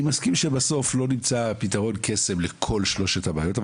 אני מסכים שבסוף לא נמצא פתרון קסם לכל שלושת הבעיות אבל